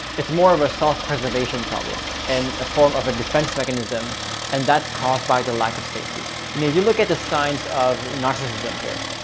it's more of a self preservation problem and a form of a defense mechanism and that's caused by the lack of safety. and if you look at the signs of narcissism here,